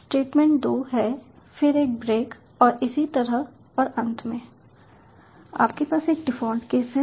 statement 2 है फिर एक ब्रेक और इसी तरह और अंत में आपके पास एक डिफ़ॉल्ट केस है